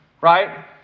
Right